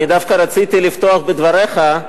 אני דווקא רציתי לפתוח בדבריך,